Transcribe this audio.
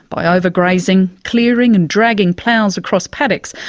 by overgrazing, clearing and dragging ploughs across paddocks,